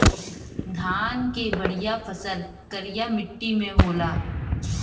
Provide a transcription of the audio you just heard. धान के बढ़िया फसल करिया मट्टी में होला